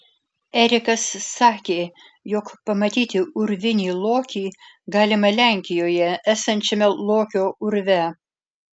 erikas sakė jog pamatyti urvinį lokį galima lenkijoje esančiame lokio urve